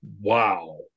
wow